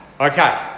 Okay